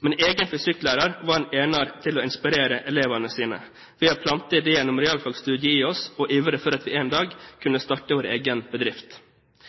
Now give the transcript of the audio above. Min egen fysikklærer var en ener til å inspirere elevene sine ved å plante ideen om realfagstudier i oss, og ivre for at vi en dag kunne starte vår egen bedrift.